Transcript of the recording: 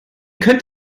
könnt